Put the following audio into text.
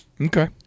Okay